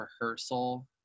rehearsal